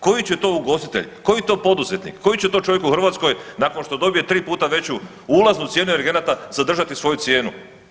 Koji će to ugostitelj, koji to poduzetnik, koji će to čovjek u Hrvatskoj nakon što dobije tri puta veću ulaznu cijenu energenata zadržati svoju cijenu?